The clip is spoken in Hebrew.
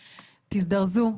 תזדרזו,